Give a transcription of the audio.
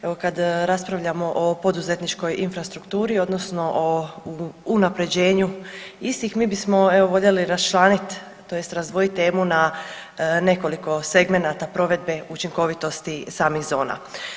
Evo kad raspravljamo o poduzetničkoj infrastrukturi odnosno o unapređenju istih mi bismo evo voljeli raščlanit tj. razdvojit temu na nekoliko segmenata provedbe učinkovitosti samih zona.